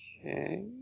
Okay